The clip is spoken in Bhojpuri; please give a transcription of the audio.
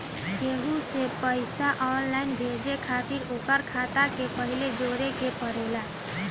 केहू के पईसा ऑनलाइन भेजे खातिर ओकर खाता के पहिले जोड़े के पड़ेला